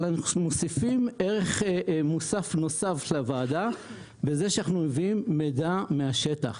אנחנו מוסיפים ערך מוסף לוועדה בזה שאנחנו מביאים מידע מהשטח.